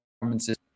performances